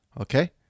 Okay